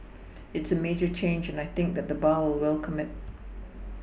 it's a major change and I think that the bar will welcome it